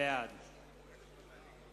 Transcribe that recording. בעד